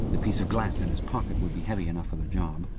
the piece of glass in his pocket would be heavy enough for the job.